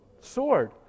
Sword